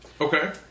Okay